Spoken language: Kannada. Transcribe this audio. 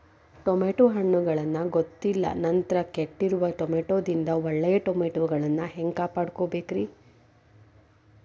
ಟಮಾಟೋ ಹಣ್ಣುಗಳನ್ನ ಗೊತ್ತಿಲ್ಲ ನಂತರ ಕೆಟ್ಟಿರುವ ಟಮಾಟೊದಿಂದ ಒಳ್ಳೆಯ ಟಮಾಟೊಗಳನ್ನು ಹ್ಯಾಂಗ ಕಾಪಾಡಿಕೊಳ್ಳಬೇಕರೇ?